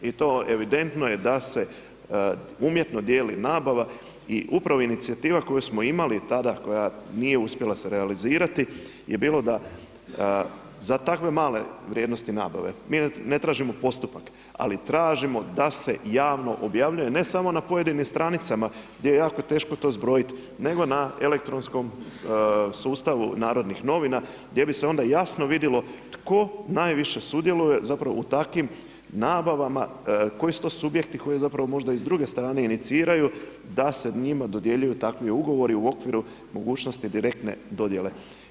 I to evidentno je da se umjetno dijeli nabava i upravo inicijativa koju smo imali tada, koja nije uspjela se realizirati je bil oda za takve male vrijednosti nabave mi ne tražimo postupak ali tražimo da se javno objavljuje, ne samo na pojedinim stranicama gdje je jako teško to zbrojiti nego na elektronskom sustavu narodnih novina gdje bi se onda jasno vidjelo tko najviše sudjeluje zapravo u takvim nabavama, koji su to subjekti koji zapravo možda i s druge strane iniciraju da se njima dodjeljuju takvi ugovori u okviru mogućnosti direktne dodjele.